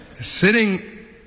Sitting